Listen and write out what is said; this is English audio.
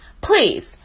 please